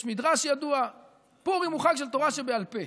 יש מדרש ידוע שפורים הוא חג של תורה שבעל פה.